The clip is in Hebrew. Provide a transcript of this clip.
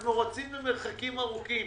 אנחנו רצים למרחקים ארוכים.